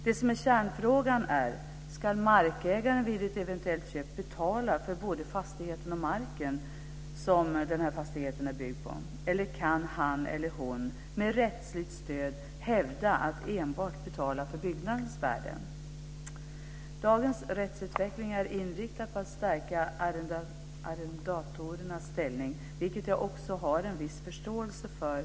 Det som är kärnfrågan är om markägaren vid ett eventuellt köp ska betala både för fastigheten och för marken som fastigheten är byggd på eller om han eller hon med rättsligt stöd kan hävda rätten att enbart betala byggnadens värde. Dagens rättsutveckling är inriktad på att stärka arrendatorernas ställning, vilket jag också har en viss förståelse för.